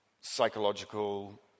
psychological